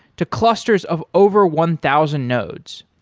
to clusters of over one thousand nodes.